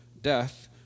death